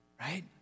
right